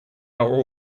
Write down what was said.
our